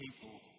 people